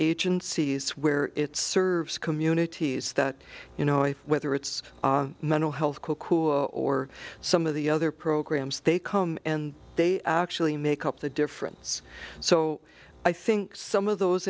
agencies where it serves communities that you know if whether it's mental health or some of the other programs they come and they actually make up the difference so i think some of those